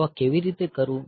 તો આ કેવી રીતે કરવું